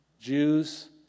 Jews